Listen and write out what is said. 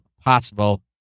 possible